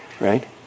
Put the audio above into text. right